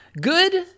good